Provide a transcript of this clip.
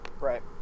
Right